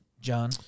John